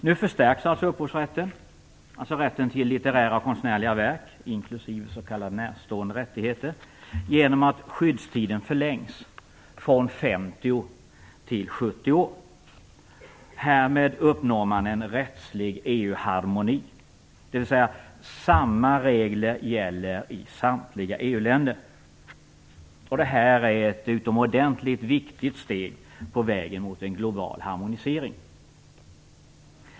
Nu förstärks upphovsrätten, alltså rätten till litterära och konstnärliga verk, inklusive s.k. närstående rättigheter, genom att skyddstiden förlängs från 50 till 70 år. Härmed uppnår man en rättslig EU-harmoni, dvs. samma regler gäller i samtliga EU-länder. Det här är ett utomordentligt viktigt steg på vägen mot en global harmonisering.